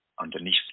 underneath